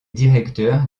directeur